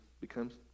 becomes